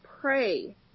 pray